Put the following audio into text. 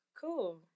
Cool